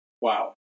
Wow